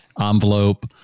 envelope